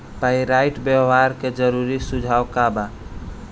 Pyrite व्यवहार के जरूरी सुझाव का वा?